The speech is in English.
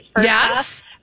Yes